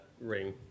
ring